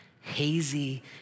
hazy